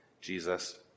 Jesus